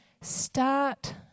start